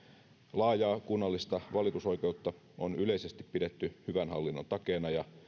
laajaa kunnallista valitusoikeutta on yleisesti pidetty hyvän hallinnon takeena ja